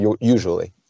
usually